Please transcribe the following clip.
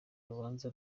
rubanza